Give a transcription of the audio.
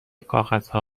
کاغذها